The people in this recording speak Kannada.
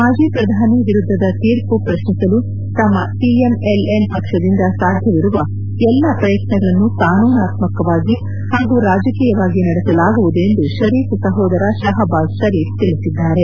ಮಾಜಿ ಪ್ರಧಾನಿ ವಿರುದ್ದದ ತೀರ್ಮ ಪ್ರಶ್ನಿಸಲು ತಮ್ಮ ಪಿಎಂಎಲ್ಎನ್ ಪಕ್ಷದಿಂದ ಸಾಧ್ಯವಿರುವ ಎಲ್ಲಾ ಪ್ರಯತ್ನಗಳನ್ನು ಕಾನೂನಾತ್ಕವಾಗಿ ಹಾಗೂ ರಾಜಕೀಯವಾಗಿ ನಡೆಸಲಾಗುವುದು ಎಂದು ಶರೀಫ್ ಸಹೋದರ ಶಹಬಾಜ್ ಶರೀಫ್ ತಿಳಿಸಿದ್ದಾರೆ